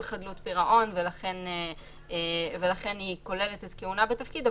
חדלות פירעון ולכן היא כוללת כהונה בתפקיד,